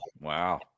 Wow